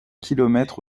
kilomètres